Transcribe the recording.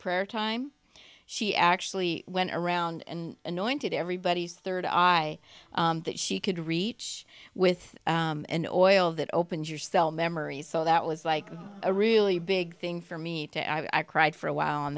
prayer time she actually went around and anointed everybody's third eye that she could reach with oil that opens your cell memories so that was like a really big thing for me to i cried for a while